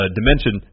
dimension